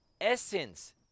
essence